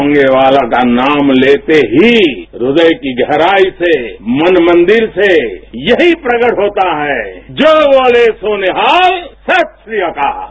लॉगेवाला का नाम लेते ही हृदय कीगहराई से मन मंदिर से यही प्रकट होता है जो बोले सोनिहाल सत् श्री अकाल